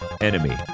enemy